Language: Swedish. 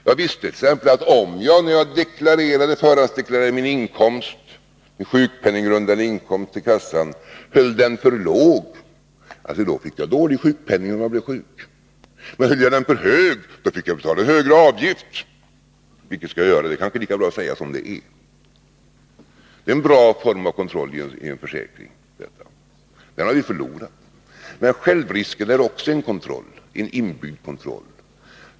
Jag visste t.ex. att om jag när jag till försäkringskassan förhandsdeklarerade min sjukpenninggrundande inkomst höll den för låg, fick jag dålig sjukpenning om jag blev sjuk. Höll jag den för hög fick jag betala högre avgift. Vilket skall jag göra? Det kanske är lika bra att säga som det är. Detta är en bra form av kontroll i en försäkring, och den har vi förlorat. Men självrisken är också en inbyggd kontroll.